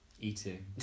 eating